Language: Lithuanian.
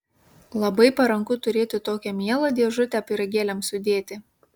labai paranku turėti tokią mielą dėžutę pyragėliams sudėti